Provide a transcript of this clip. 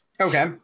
okay